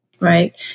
Right